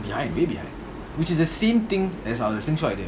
behind way behind which is the same thing as uh the slingshot idea